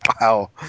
Wow